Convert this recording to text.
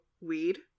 weed